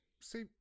see